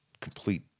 complete